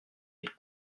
elle